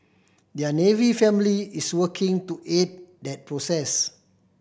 their Navy family is working to aid that process